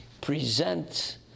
present